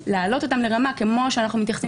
או להעלות אותם לרמה כמו שאנחנו מתייחסים